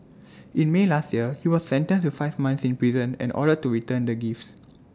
in may last year he was sentenced to five months in prison and ordered to return the gifts